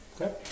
Okay